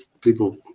people